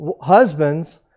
husbands